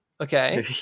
okay